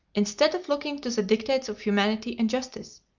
instead of looking to the dictates of humanity and justice.